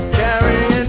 carrying